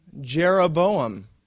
Jeroboam